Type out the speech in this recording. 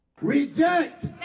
Reject